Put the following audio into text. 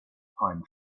pine